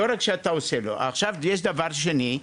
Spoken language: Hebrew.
דבר שני,